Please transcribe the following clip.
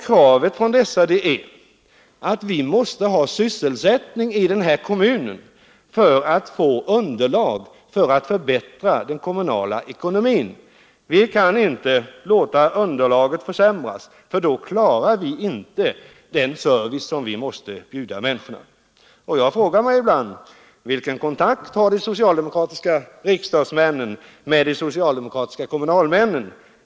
Kravet från dessa kommunalmän är att vi måste ha sysselsättning i kommunen för att få underlag för att förbättra den kommunala ekonomin; vi kan inte låta underlaget försämras, för då klarar vi inte den service som vi måste bjuda människorna. Och jag frågar mig ibland: Vilken kontakt har de socialdemokratiska riksdagsmännen med de socialdemokratiska kommunalmännen?